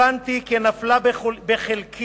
הבנתי כי נפלה בחלקי